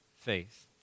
faith